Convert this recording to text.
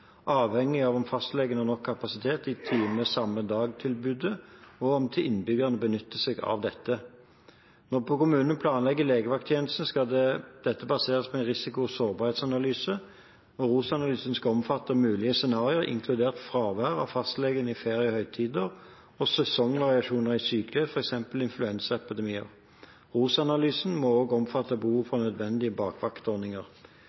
avhengig av om fastlegene har nok kapasitet i time-samme-dag-tilbudet, og om innbyggerne benytter seg av dette. Når kommunen planlegger legevakttjenesten, skal dette baseres på en risiko- og sårbarhetsanalyse. ROS-analysen skal omfatte mulige scenarioer, inkludert fravær av fastleger i ferier og høytider, og sesongvariasjoner i sykelighet, f.eks. influensaepidemier. ROS-analysen må også omfatte behov